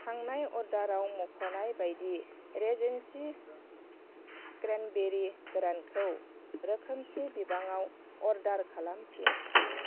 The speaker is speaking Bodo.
थांनाय अर्डाराव मुंख'नाय बायदि रिजेन्सी क्रेनबेरि गोरानखौ रोखोमसे बिबाङाव अर्डार खालामफिन